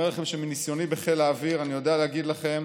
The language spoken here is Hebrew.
מניסיוני בחיל האוויר אני יודע להגיד לכם